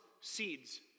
seeds